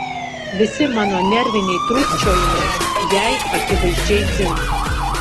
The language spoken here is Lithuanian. visi mano nerviniai trūkčiojimai jai akivaizdžiai dzin